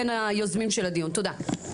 בין היוזמים של הדיון, תודה.